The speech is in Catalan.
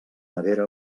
nevera